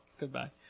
goodbye